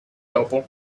dopo